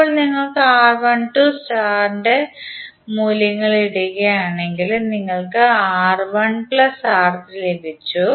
ഇപ്പോൾ നിങ്ങൾ R12 star ഇന്റെ മൂല്യങ്ങൾ ഇടുകയാണെങ്കിൽ നിങ്ങൾക്ക് R1 R3 ലഭിച്ചു